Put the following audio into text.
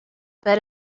bet